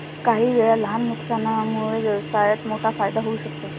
काहीवेळा लहान नुकसानामुळे व्यवसायात मोठा फायदा होऊ शकतो